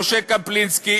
משה קפלינסקי,